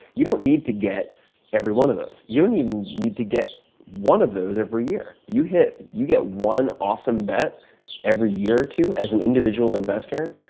you don't need to get every one of those. you don't even need to get one of those every year. you hit you get one awesome bet every year or two as an individual investor,